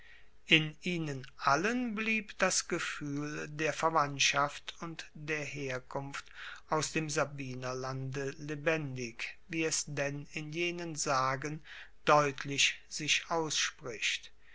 in ihnen allen blieb das gefuehl der verwandtschaft und der herkunft aus dem sabinerlande lebendig wie es denn in jenen sagen deutlich sich ausspricht